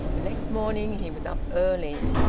the next morning he was up early,